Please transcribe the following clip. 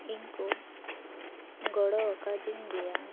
ᱤᱧᱠᱩ ᱜᱚᱲᱚ ᱟᱠᱟᱫᱤᱧ ᱜᱮᱭᱟ